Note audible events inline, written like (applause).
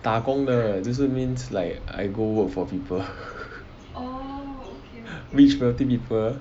打工的就是 means like I go work for people (laughs) rich wealthy people